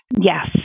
Yes